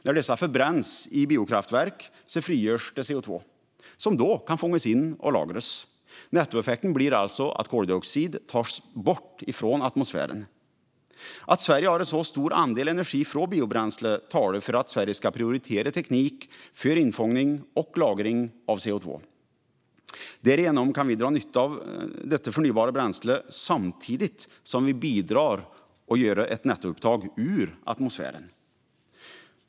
När dessa förbränns i biokraftverk frigörs CO2 som då kan fångas in och lagras. Nettoeffekten blir alltså att koldioxid tas bort från atmosfären. Att Sverige har en så stor andel energi från biobränslen talar för att Sverige ska prioritera teknik för infångning och lagring av CO2. Därigenom kan vi dra nytta av detta förnybara bränsle samtidigt som vi bidrar till att göra ett nettoupptag ur atmosfären.